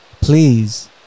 please